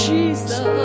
Jesus